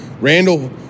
Randall